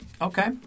Okay